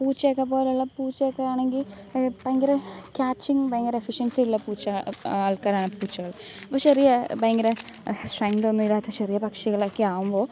പൂച്ചയൊക്കെ പോലുള്ള പൂച്ചയൊക്കെ ആണെങ്കിൽ ഭയങ്കര കാച്ചിങ് ഭയങ്കര എഫിഷൻസി ഉള്ള പൂച്ച ആൾക്കാരാണ് പൂച്ചകൾ അപ്പോൾ ചെറിയ ഭയങ്കര സ്ട്രെങ്ത്തൊന്നും ഇല്ലാത്ത ചെറിയ പക്ഷികളൊക്കെ ആവുമ്പോൾ